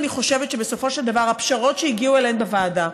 אני חושבת שבסופו של דבר הפשרות שהגיעו אליהן בוועדה,